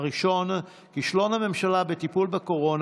הראשון: כישלון הממשלה בטיפול בקורונה,